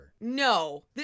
No